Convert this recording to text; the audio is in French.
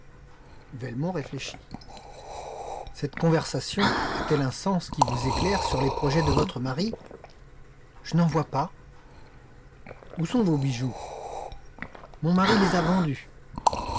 velmont réfléchit cette conversation a-t-elle un sens qui vous éclaire sur les projets de votre mari je n'en vois pas où sont vos bijoux mon mari les a vendus